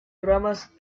ramas